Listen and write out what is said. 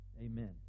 Amen